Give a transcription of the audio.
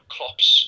Klopp's